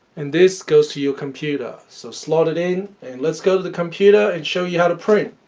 and this goes to your computer so slot it in and let's go to the computer and show you how to print.